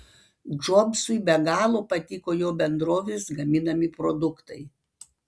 džobsui be galo patiko jo bendrovės gaminami produktai